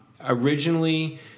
Originally